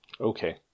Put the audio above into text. Okay